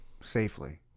safely